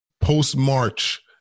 post-March